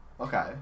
Okay